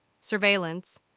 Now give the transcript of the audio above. surveillance